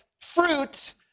fruit